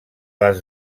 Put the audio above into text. les